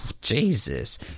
Jesus